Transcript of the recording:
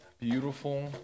beautiful